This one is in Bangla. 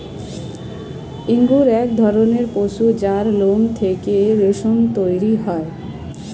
অঙ্গরূহ এক ধরণের পশু যার লোম থেকে রেশম তৈরি হয়